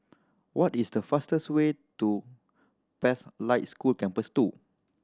what is the fastest way to Pathlight School Campus Two